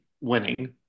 winning